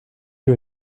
you